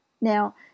Now